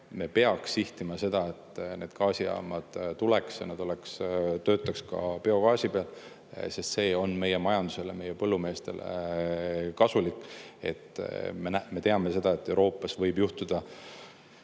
me peaks sihtima seda, et need gaasijaamad tuleks ja nad töötaks ka biogaasi peal, sest see on meie majandusele, meie põllumeestele kasulik. Me teame seda, et Euroopas võib juhtuda,